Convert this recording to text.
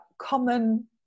common